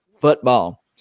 football